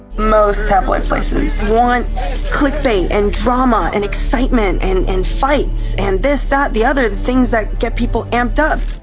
most tabloid places want clickbait and drama and excitement and and fights, and this, that, and the other. the things that get people amped up.